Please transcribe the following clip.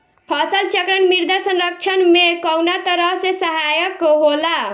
फसल चक्रण मृदा संरक्षण में कउना तरह से सहायक होला?